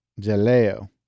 Jaleo